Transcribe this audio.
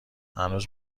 هنوز